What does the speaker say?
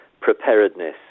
preparedness